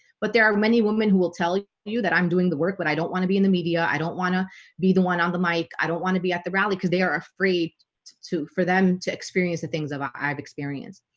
but there are many women who will tell you you that i'm doing the work but i don't want to be in the media. i don't want to be the one on the mic i don't want to be at the rally because they are afraid to to for them to experience the things about i've experienced.